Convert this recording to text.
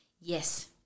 Yes